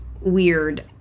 weird